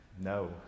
No